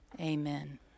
Amen